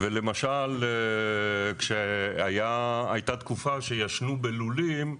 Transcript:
ולמשל הייתה תקופה שישנו בלולים,